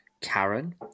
Karen